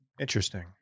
Interesting